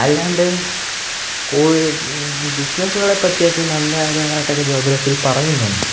അല്ലാണ്ട് ബിസിനസ്സുകളെ പറ്റിയൊക്കെ ജോഗ്രഫിയിൽ പറയുന്നുണ്ട്